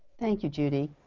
thank you judy